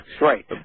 Right